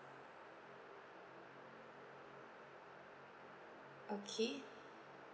okay